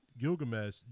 Gilgamesh